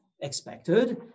expected